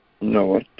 no